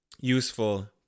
useful